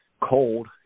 cold